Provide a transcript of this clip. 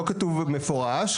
לא כתוב במפורש,